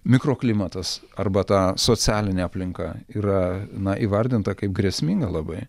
mikroklimatas arba ta socialinė aplinka yra na įvardinta kaip grėsminga labai